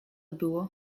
było